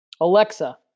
Alexa